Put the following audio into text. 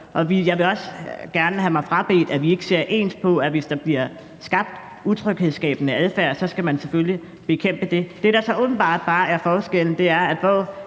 jeg vil også gerne have mig frabedt, at vi ikke ser ens på, at hvis der bliver skabt utryghedsskabende adfærd, skal man selvfølgelig bekæmpe det. Det, der så åbenbart bare er forskellen, er, at hvor